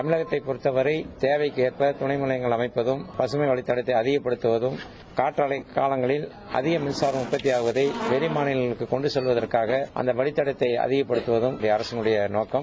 தமிழகத்தை பொறுத்தவரை தேவைக்கு ஏற்ப துணை மின் நிலையங்கள் அமைப்பதும் பசுமை வழித்தடத்தை அதிகரிப்பதும் காற்றாலை காலங்களில் அதிக மின்சாரம் உற்பத்தி ஆவதை வெளி மாநிலங்களுக்கு கொண்டு செல்வதற்கு ஏதுவாக அந்த வழித்தடத்தை அதிகப்படுத்துவதும் இந்த அரசினுடய நோக்கம்